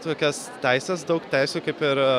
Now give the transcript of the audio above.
tokias teises daug teisių kaip ir